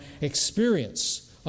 experience